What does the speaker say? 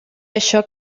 això